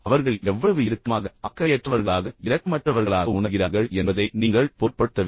அவர்கள் எவ்வளவு இறுக்கமாகவும் எவ்வளவு அக்கறையற்றவர்களாக எவ்வளவு இரக்கமற்றவர்களாக உணர்கிறார்கள் என்பதை நீங்கள் பொருட்படுத்தவில்லை